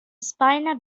spina